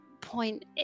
point